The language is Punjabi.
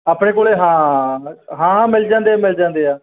ਆਪਣੇ ਕੋਲ ਹਾਂ ਹਾਂ ਮਿਲ ਜਾਂਦੇ ਆ ਮਿਲ ਜਾਂਦੇ ਆ